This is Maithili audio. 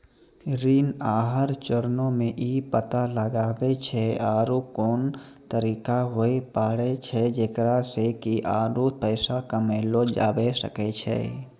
ऋण आहार चरणो मे इ पता लगाबै छै आरु कोन तरिका होय पाड़ै छै जेकरा से कि आरु पैसा कमयलो जाबै सकै छै